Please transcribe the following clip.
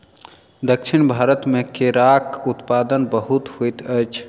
दक्षिण भारत मे केराक उत्पादन बहुत होइत अछि